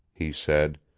he said.